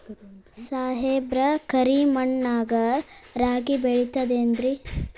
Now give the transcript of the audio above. ಸಾಹೇಬ್ರ, ಕರಿ ಮಣ್ ನಾಗ ರಾಗಿ ಬೆಳಿತದೇನ್ರಿ?